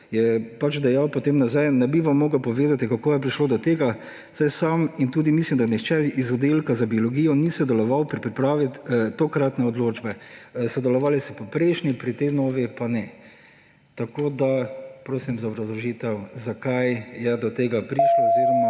je pač dejal potem nazaj: »Ne bi vam mogel povedati, kako je prišlo do tega, saj sam in tudi mislim, da nihče iz Oddelka za biologijo ni sodeloval pri pripravi tokratne odločbe.« Sodelovali so pri prejšnji, pri tej novi pa ne. Tako prosim za obrazložitev: Zakaj je do tega prišlo?